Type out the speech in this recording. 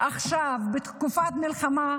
עכשיו בתקופת מלחמה,